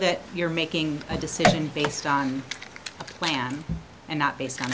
that you're making a decision based on a plan and not based on